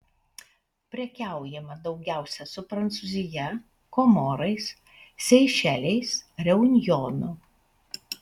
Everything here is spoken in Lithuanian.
prekiaujama daugiausiai su prancūzija komorais seišeliais reunjonu